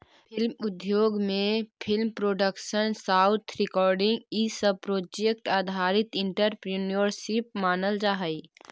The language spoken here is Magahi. फिल्म उद्योग में फिल्म प्रोडक्शन साउंड रिकॉर्डिंग इ सब प्रोजेक्ट आधारित एंटरप्रेन्योरशिप मानल जा हई